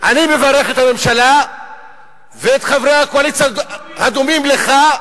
אני מברך את הממשלה ואת חברי הקואליציה הדומים לך,